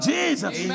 Jesus